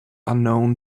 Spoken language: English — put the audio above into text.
unknown